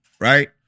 Right